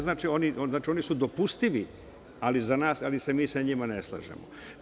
Znači, oni su dopustivi za nas, ali se mi sa njima ne slažemo.